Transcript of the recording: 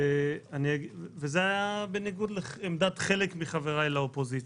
זה היה בניגוד לעמדת חלק מחבריי באופוזיציה.